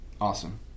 awesome